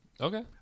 Okay